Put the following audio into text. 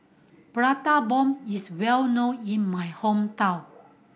Prata Bomb is well known in my hometown